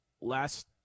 last